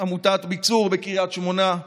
עמותת ביצור בקריית שמונה,